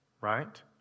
right